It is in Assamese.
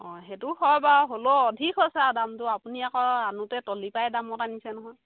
অঁ সেইটোও হয় বাৰু হ'লও অধিক হৈছে আৰু দামটো আপুনি আকৌ আনোতে তলিৰপৰাই দামত আনিছে নহয়